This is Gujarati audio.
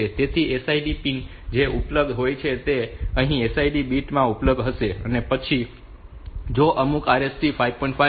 તેથી SID પિનમાં જે પણ ઉપલબ્ધ હોય તે અહીં SDI બીટ માં ઉપલબ્ધ હશે પછી જો અમુક RST 5